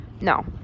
No